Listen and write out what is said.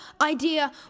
idea